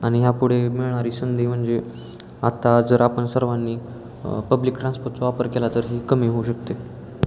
आणि ह्या पुढे मिळणारी संधी म्हणजे आत्ता जर आपण सर्वांनी पब्लिक ट्रान्सपोर्टचा वापर केला तर ही कमी होऊ शकते